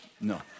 No